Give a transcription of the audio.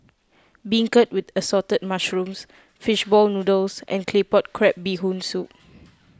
Beancurd with Assorted Mushrooms Fish Ball Noodles and Claypot Crab BeeHoon Soup